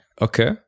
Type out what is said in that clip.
Okay